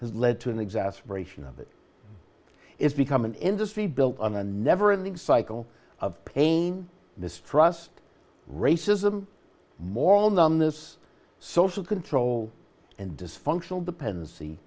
has led to an exaggeration of it it's become an industry built on a never ending cycle of pain distrust racism more on them this social control and dysfunctional dependency